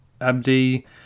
Abdi